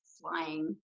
flying